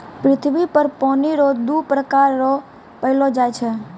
पृथ्वी पर पानी रो दु प्रकार रो पैलो जाय छै